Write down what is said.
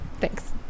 thanks